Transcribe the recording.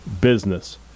business